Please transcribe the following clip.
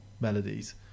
melodies